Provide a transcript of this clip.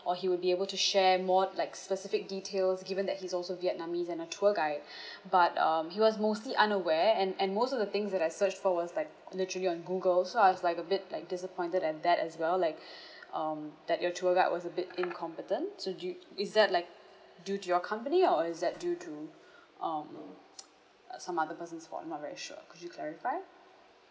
or he would be able to share more like specific details given that he's also vietnamese and a tour guide but um he was mostly unaware and and most of the things that I searched for was like literally on google so I was like a bit like disappointed at that as well like um that your tour guide was a bit incompetent so due is that like due to your company or is that due to um uh some other person's fault not very sure could you clarify